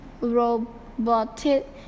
robotic